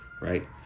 right